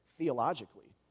Theologically